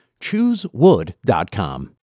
Choosewood.com